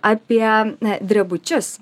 apie drebučius